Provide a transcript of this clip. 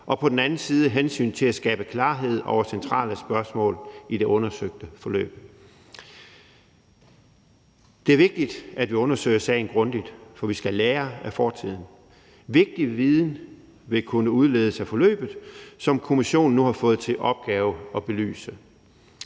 og på den anden side hensynet til at skabe klarhed over centrale spørgsmål i det undersøgte forløb. Det er vigtigt, at vi undersøger sagen grundigt, for vi skal lære af fortiden. Vigtig viden vil kunne udledes af forløbet, som kommissionen nu har fået til opgave at belyse.